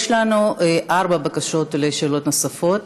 יש לנו ארבע בקשות לשאלות נוספות.